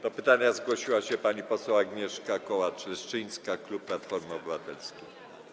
Do pytania zgłosiła się pani poseł Agnieszka Kołacz-Leszczyńska, klub Platformy Obywatelskiej.